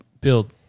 build